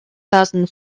thousand